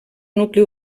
nucli